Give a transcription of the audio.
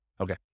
Okay